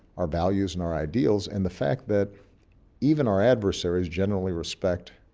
our values and our ideals and the fact that even our adversaries generally respect